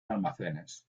almacenes